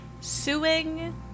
suing